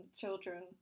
children